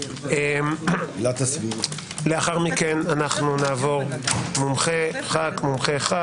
לאחר מכן נעבור מומחה-ח"כ.